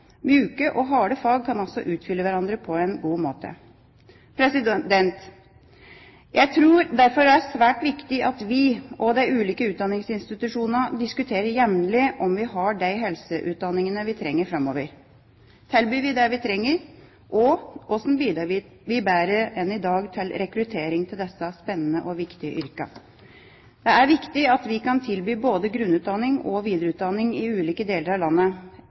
og harde fag kan altså utfylle hverandre på en god måte. Jeg tror derfor det er svært viktig at vi og de ulike utdanningsinstitusjonene diskuterer jevnlig om vi har de helseutdanningene vi trenger framover. Tilbyr vi det vi trenger, og hvordan bidrar vi bedre enn i dag til rekruttering til disse spennende og viktige yrkene? Det er viktig at vi kan tilby både grunnutdanning og videreutdanning i ulike deler av landet.